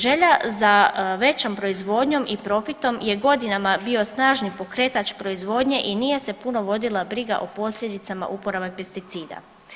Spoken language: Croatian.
Želja za većom proizvodnjom i profitom je godinama bio snažni pokretač proizvodnje i nije se puno vodila briga o posljedicama uporabe pesticida.